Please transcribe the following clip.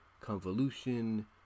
convolution